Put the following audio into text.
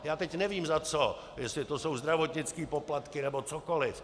Já teď nevím za co, jestli to jsou zdravotnické poplatky nebo cokoli.